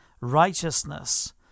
righteousness